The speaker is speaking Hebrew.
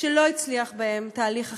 שלא הצליח בהן התהליך החינוכי,